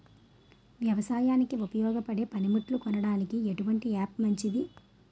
వ్యవసాయానికి ఉపయోగపడే పనిముట్లు కొనడానికి ఎటువంటి యాప్ మంచిది?